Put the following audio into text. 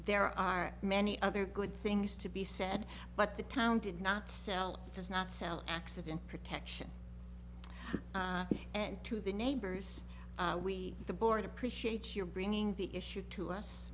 there are many other good things to be said but the town did not sell does not sell accident protection and to the neighbors we the board appreciate your bringing the issue to us